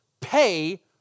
pay